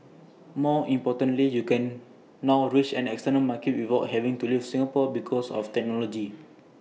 more importantly you can now reach an external market without having to leave Singapore because of technology